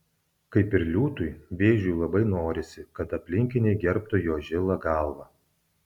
kaip ir liūtui vėžiui labai norisi kad aplinkiniai gerbtų jo žilą galvą